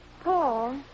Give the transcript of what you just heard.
Paul